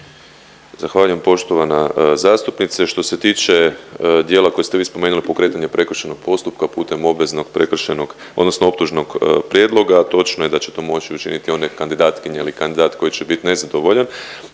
Zahvaljujem. Poštovana zastupnice, što se tiče dijela koji ste vi spomenuli, pokretanje prekršajnog postupka putem obveznog prekršajnog odnosno optužnog prijedloga točno je da će to moć učiniti one kandidatkinje ili kandidat koji će bit nezadovoljan,